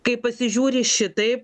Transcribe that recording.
kai pasižiūri šitaip